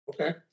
Okay